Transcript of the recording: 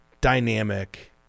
dynamic